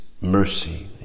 mercy